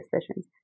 decisions